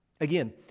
Again